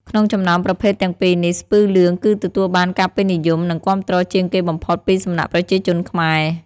ក្នុងចំណោមប្រភេទទាំងពីរនេះ ស្ពឺលឿង គឺទទួលបានការពេញនិយម និងគាំទ្រជាងគេបំផុតពីសំណាក់ប្រជាជនខ្មែរ។